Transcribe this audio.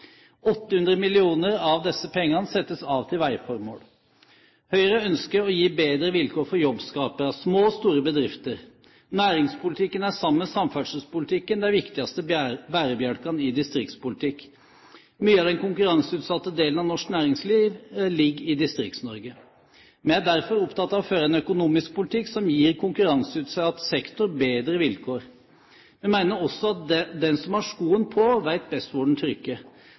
800 mill. kr av disse pengene settes av til veiformål. Høyre ønsker å gi bedre vilkår for jobbskapere, små og store bedrifter. Næringspolitikken er, sammen med samferdselspolitikken, den viktigste bærebjelken i distriktspolitikken. Mye av den konkurranseutsatte delen av norsk næringsliv ligger i Distrikts-Norge. Vi er derfor opptatt av å føre en økonomisk politikk som gir konkurranseutsatt sektor bedre vilkår. Vi mener også at den som har skoen på, vet best hvor den trykker.